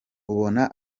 ubona